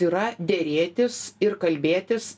yra derėtis ir kalbėtis